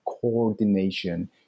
coordination